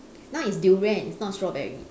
now it's durian it's not strawberry